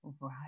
Right